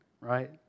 right